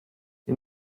wir